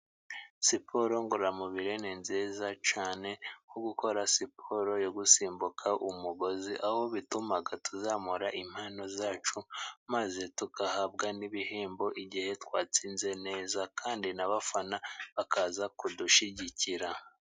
Siporo ngororamubiri ni nziza cyane. Nko gukora siporo yo gusimbuka umugozi. Aho bituma tuzamura impano zacu, maze tugahabwa n'ibihembo igihe twatsinze neza, kandi n'abafana bakaza kudushyigikira.